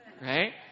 right